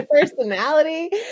personality